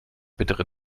bittere